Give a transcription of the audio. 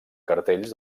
cartells